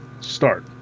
start